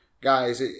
guys